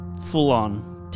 full-on